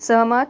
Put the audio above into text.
सहमत